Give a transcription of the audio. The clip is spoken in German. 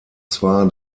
zwar